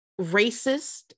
racist